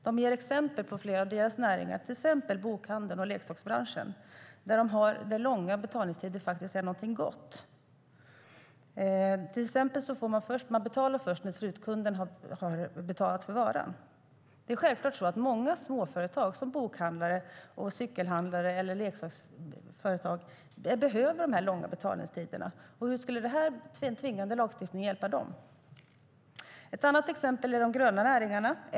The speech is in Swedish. De ger exempel på flera av sina näringar såsom bokhandeln och leksakbranschen där långa betalningstider faktiskt är någonting gott. Till exempel betalar man först när slutkunden har betalat för varan. Det är självklart så att många småföretag, som bokhandlare, cykelhandlare och leksaksföretag, behöver de långa betalningstiderna. Hur skulle tvingande lagstiftning hjälpa dem? Ett annat exempel är de gröna näringarna.